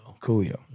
Coolio